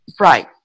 Right